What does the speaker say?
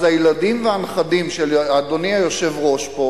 אז הילדים והנכדים של אדוני היושב-ראש פה